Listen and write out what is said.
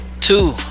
Two